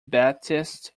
baptist